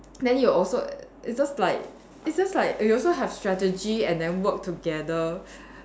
then you also it's just like it's just like you also have strategy and then work together